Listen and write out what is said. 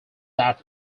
that